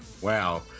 wow